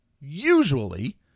usually